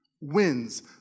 wins